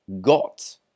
got